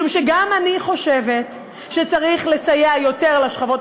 משום שגם אני חושבת שצריך לסייע יותר לשכבות